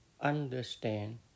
understand